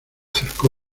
cercó